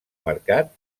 mercat